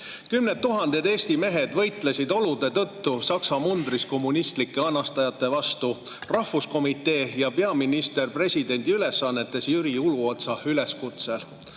Kümned tuhanded Eesti mehed, olude tõttu Saksa mundris, võitlesid kommunistlike anastajate vastu rahvuskomitee ja peaminister presidendi ülesannetes Jüri Uluotsa üleskutsel.